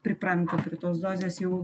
pripranta prie tos dozės jau